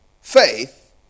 faith